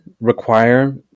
require